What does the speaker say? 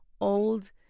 old